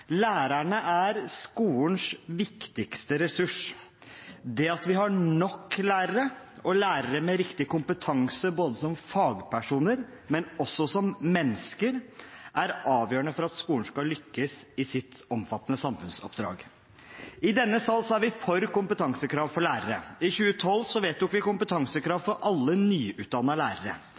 Lærerne er skolens viktigste ressurs, og det at vi har nok lærere, og lærere med riktig kompetanse – som fagpersoner, men også som mennesker – er avgjørende for at skolen skal lykkes i sitt omfattende samfunnsoppdrag. I denne salen er vi for kompetansekrav for lærere. I 2012 vedtok vi kompetansekrav for alle nyutdannede lærere.